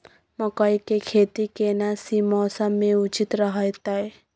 मकई के खेती केना सी मौसम मे उचित रहतय?